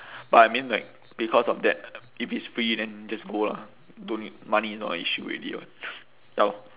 but I mean like because of that if it's free then just go lah don't need money is not an issue already [what] ya orh